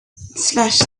slash